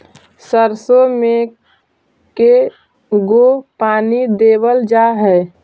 सरसों में के गो पानी देबल जा है?